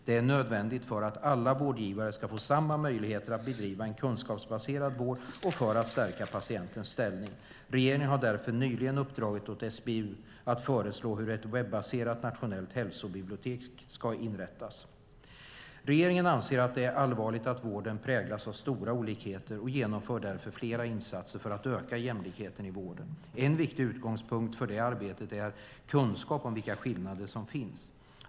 Det är nödvändigt för att alla vårdgivare ska få samma möjligheter att bedriva en kunskapsbaserad vård och för att stärka patientens ställning. Regeringen har därför nyligen uppdragit åt SBU att föreslå hur ett webbaserat nationellt hälsobibliotek ska inrättas. Regeringen anser att det är allvarligt att vården präglas av stora olikheter och genomför därför flera insatser för att öka jämlikheten i vården. En viktig utgångspunkt för det arbetet är kunskap om vilka skillnader som finns.